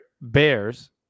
Bears